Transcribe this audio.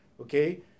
okay